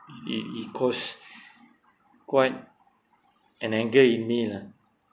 it it caused quite an anger in me lah